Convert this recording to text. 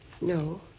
no